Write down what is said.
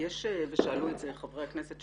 שאלו את זה חברי הכנסת,